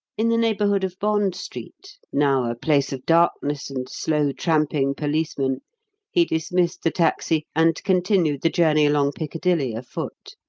in the neighbourhood of bond street now a place of darkness and slow-tramping policemen he dismissed the taxi and continued the journey along piccadilly afoot.